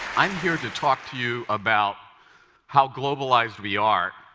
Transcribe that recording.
i'm here to talk to you about how globalized we are,